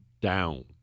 down